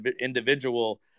individual